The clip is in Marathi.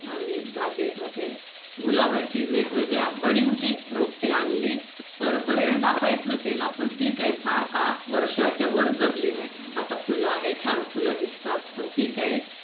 आम्ही बागेमध्ये गुलाबाची वेगवेगळ्या बडींगची रोपटे आणली पर बरेचदा प्रयत्न केला पण ती काही फार काळ वर्षाच्या वर जगली नाही आता फुलं आहे छान फुलं दिसतात पण ती काही